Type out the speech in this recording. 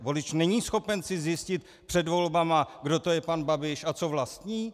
Volič není schopen si zjistit před volbami, kdo to je pan Babiš a co vlastní?